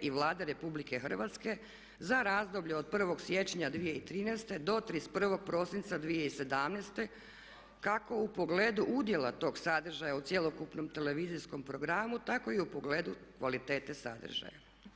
i Vlade RH za razdoblje od 1. siječnja 2013. do 31. prosinca 2017. kako u pogledu udjela tog sadržaja u cjelokupnom televizijskom programu tako i u pogledu kvalitete sadržaja.